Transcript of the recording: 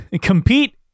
compete